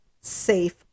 safe